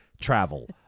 travel